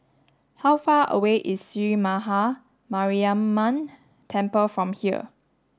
how far away is Sree Maha Mariamman Temple from here